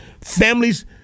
families